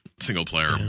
single-player